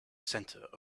centre